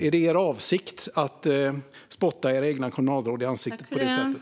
Är det er avsikt att spotta era egna kommunalråd i ansiktet på det sättet?